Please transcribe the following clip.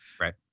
right